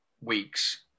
weeks